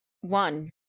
one